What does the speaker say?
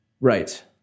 right